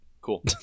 Cool